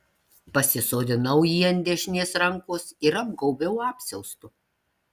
pasisodinau jį ant dešinės rankos ir apgaubiau apsiaustu